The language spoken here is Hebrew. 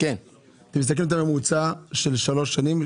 תסתכל על הממוצע של שלוש שנים,